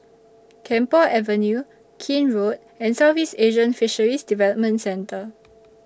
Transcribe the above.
Camphor Avenue Keene Road and Southeast Asian Fisheries Development Centre